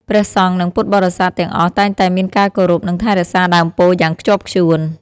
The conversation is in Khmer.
ព្រះសង្ឃនិងពុទ្ធបរិស័ទទាំងអស់តែងតែមានការគោរពនិងថែរក្សាដើមពោធិ៍យ៉ាងខ្ជាប់ខ្ជួន។